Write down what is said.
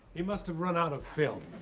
he must have run out of film.